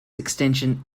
extension